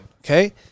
Okay